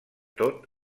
tot